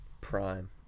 prime